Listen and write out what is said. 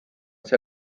see